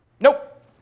nope